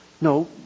No